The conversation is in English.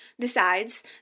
decides